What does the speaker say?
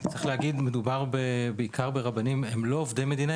צריך להגיד: מדובר בעיקר ברבנים שהם לא עובדי המדינה,